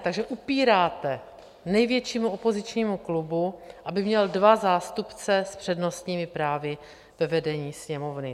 Takže upíráte největšímu opozičnímu klubu, aby měl dva zástupce s přednostními právy ve vedení Sněmovny.